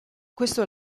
questo